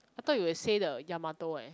I thought you will say the yamato eh